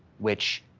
which,